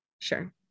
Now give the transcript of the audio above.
Sure